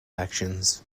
actions